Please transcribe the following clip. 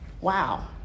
Wow